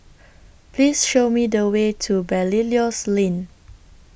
Please Show Me The Way to Belilios Lane